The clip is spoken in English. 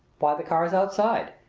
the car's outside,